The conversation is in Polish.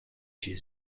się